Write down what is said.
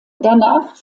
danach